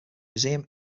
museum